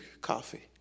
coffee